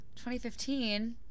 2015